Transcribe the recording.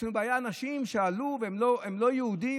יש לנו בעיה: אנשים עלו והם לא יהודים,